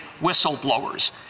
whistleblowers